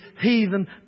heathen